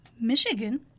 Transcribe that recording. Michigan